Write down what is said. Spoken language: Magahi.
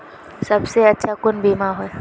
सबसे अच्छा कुन बिमा होय?